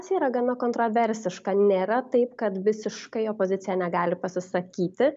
cija yra gana kontroversiška nėra taip kad visiškai opozicija negali pasisakyti